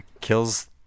kills